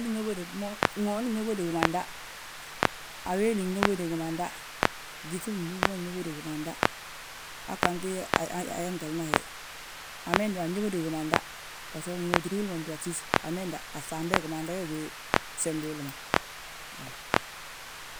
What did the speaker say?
wima nyóbodi, ŋooni nyóbodi gimanda, awéli nyobodi gimanda, gyíŧi gbúŋ bà nyóbodi gimanda. Han gantin hentel ma hi, amendi ma anyóbodi gimanda, bbasgo, nwóoti willi ma ndúbatus amendi a ŧambe gimanda wee gí sembi willi ma he.